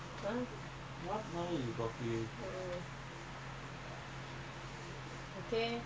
ஏற்கனவேஉங்கஅப்பாவாங்கிதந்தகாடிதரேன்உனக்குஅந்தகாடிஇருக்காஇன்னும்:yerkanave unka appa vaanki thantha gaadi thareen unaku antha gaadi irukka innum